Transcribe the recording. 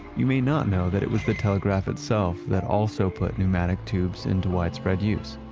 you may not know that it was the telegraph itself that also put pneumatic tubes into widespread use.